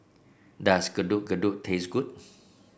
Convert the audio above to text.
does Getuk Getuk taste good